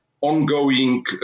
ongoing